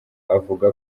avuga